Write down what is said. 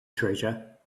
treasure